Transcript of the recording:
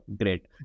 Great